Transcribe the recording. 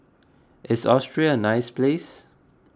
is Austria a nice place